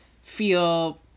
feel